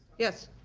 yes.